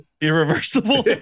Irreversible